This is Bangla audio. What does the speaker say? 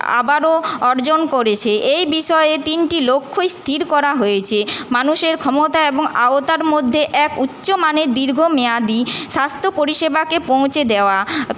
আবারও অর্জন করেছে এই বিষয়ে তিনটি লক্ষ্যই স্থির করা হয়েছে মানুষের ক্ষমতা এবং আওতার মধ্যে এক উচ্চ মানের দীর্ঘ মেয়াদী স্বাস্থ্য পরিষেবাকে পৌঁছে দেওয়া